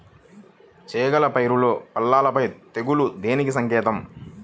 చేగల పైరులో పల్లాపై తెగులు దేనికి సంకేతం?